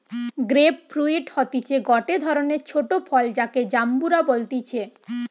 grape fruit হতিছে গটে ধরণের ছোট ফল যাকে জাম্বুরা বলতিছে